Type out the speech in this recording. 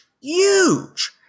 Huge